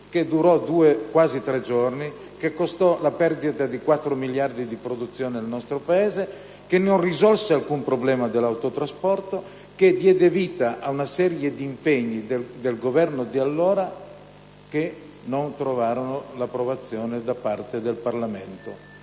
che durò quasi tre giorni e che costò la perdita di 4 miliardi di produzione al nostro Paese; non risolse alcun problema dell'autotrasporto e diede vita a una serie di impegni del Governo di allora che non trovarono l'approvazione da parte del Parlamento.